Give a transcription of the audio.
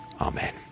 Amen